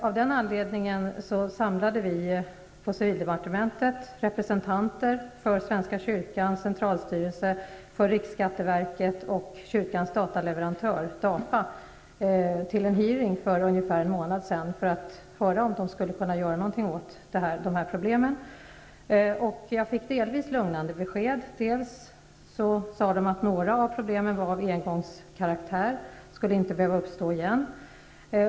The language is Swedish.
Av den anledningen samlade civildepartementet representanter för Svenska kyrkans centralstyrelse, riksskatteverket och kyrkans dataleverantör DAFA till en hearing för ungefär en månad sedan för att höra om de skulle kunna göra någnting åt detta problem. Jag fick delvis lugnande besked. De sade att några av problemen var av engångskaraktär och inte skulle behöva uppstå igen.